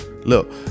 Look